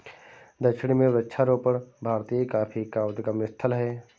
दक्षिण में वृक्षारोपण भारतीय कॉफी का उद्गम स्थल है